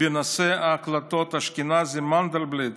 בנושא הקלטות אשכנזי-מנדלבליט